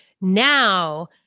now